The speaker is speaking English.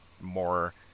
more